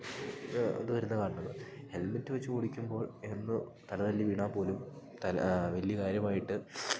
ഇത് വരുന്ന കാരണങ്ങൾ ഹെൽമെറ്റ് വെച്ച് ഓടിക്കുമ്പോൾ ഒന്ന് തല തല്ലി വീണാൽ പോലും തല വലിയ കാര്യമായിട്ട്